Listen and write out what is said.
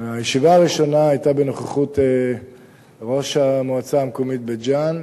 הישיבה הראשונה היתה בנוכחות ראש המועצה המקומית בית-ג'ן,